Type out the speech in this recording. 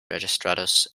registrados